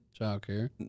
childcare